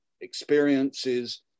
experiences